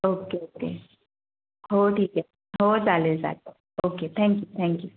okay okay हो ठीक आहे हो चालेल चालेल ओके थँक्यू थँक्यू